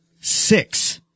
six